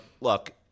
Look